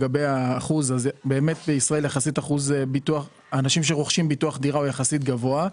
האחוז של האנשים שרוכשים ביטוח על דירה במדינת ישראל הוא יחסית גבוה,